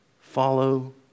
Follow